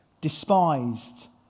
despised